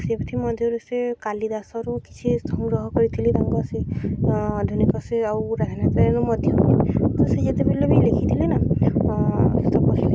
ସେଥି ମଧ୍ୟରୁ ସେ କାଳୀ ଦାସରୁ କିଛି ସଂଗ୍ରହ କରିଥିଲି ତାଙ୍କ ସେ ଆଧୁନିକ ସେ ଆଉ ରାଧାନାଥ ରାୟ ମଧ୍ୟ ବି ତ ସେ ଯେତେବେଳେ ବି ଲେଖିଥିଲେ ନା ସେ ତପସ୍ଵିନୀ